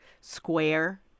square